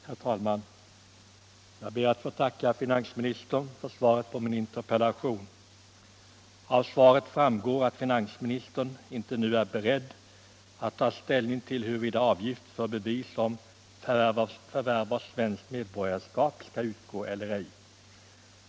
Herr talman! Jag ber att få tacka finansministern för svaret på min interpellation. Av svaret framgår att finansministern inte nu är beredd att ta ställning till huruvida avgift för bevis om förvärv av svenskt medborgarskap skall utgå eller ej.